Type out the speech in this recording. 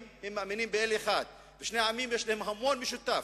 מאמינים באל אחד ולשני העמים יש המון משותף.